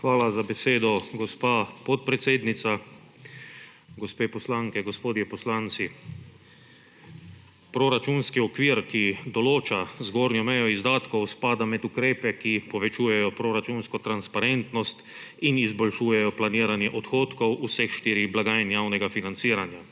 Hvala za besedo, gospa podpredsednica. Gospe poslanke, gospodje poslanci! Proračunski okvir, ki določa zgornjo mejo izdatkov, spada med ukrepe, ki povečujejo proračunsko transparentnost in izboljšujejo planiranje odhodkov vseh štirih blagajn javnega financiranja.